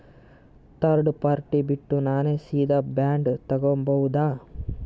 Third party ಬಿಟ್ಟು ನಾನೇ ಸೀದಾ ಬಾಂಡ್ ತೋಗೊಭೌದಾ?